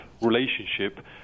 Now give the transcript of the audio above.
relationship